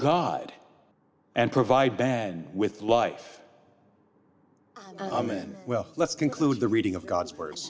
god and provide band with life i'm in well let's conclude the reading of god's words